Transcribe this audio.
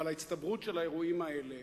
אבל ההצטברות של האירועים האלה